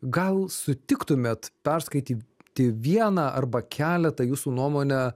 gal sutiktumėt perskaityti vieną arba keletą jūsų nuomone